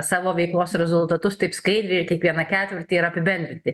savo veiklos rezultatus taip skaidriai kiekvieną ketvirtį ir apibendrinti